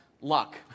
luck